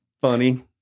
Funny